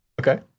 Okay